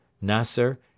Nasser